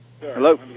Hello